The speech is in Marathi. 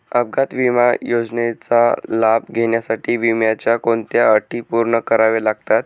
अपघात विमा योजनेचा लाभ घेण्यासाठी विम्याच्या कोणत्या अटी पूर्ण कराव्या लागतात?